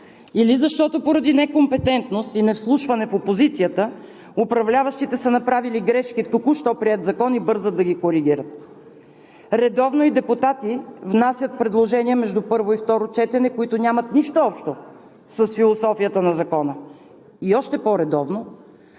или защото поради некомпетентност и невслушване в опозицията управляващите са направили грешки в току-що приет закон и бързат да ги коригират. Редовно и депутати внасят предложения между първо и второ четене, които нямат нищо общо с философията на закона. И още по-редовно,